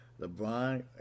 LeBron